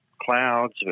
Clouds